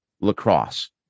lacrosse